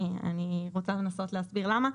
אנסה להסביר למה.